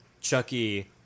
Chucky